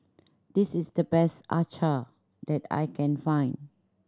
this is the best acar that I can find